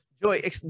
Joy